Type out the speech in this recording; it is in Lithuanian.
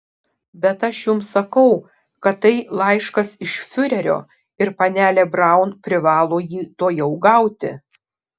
bet aš jums sakau kad tai laiškas iš fiurerio ir panelė braun privalo jį tuojau gauti